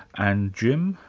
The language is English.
and jim,